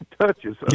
touches